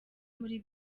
muri